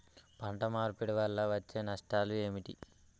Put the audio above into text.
పంట మార్పిడి వల్ల వచ్చే నష్టాలు ఏమిటి?